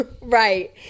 Right